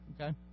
Okay